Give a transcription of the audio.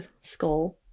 skull